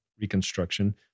reconstruction